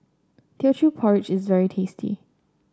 Teochew Porridge is very tasty